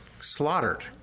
slaughtered